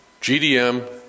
GDM